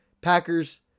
Packers